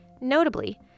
Notably